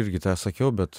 irgi tą sakiau bet